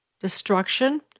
destruction